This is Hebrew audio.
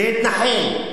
להתנכל,